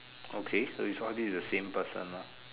okay so you saw this as the same person ah